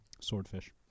Swordfish